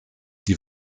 die